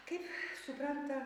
kaip supranta